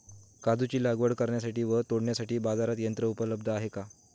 काजूची लागवड करण्यासाठी व तोडण्यासाठी बाजारात यंत्र उपलब्ध आहे का?